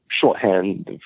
shorthand